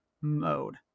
mode